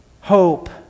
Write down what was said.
hope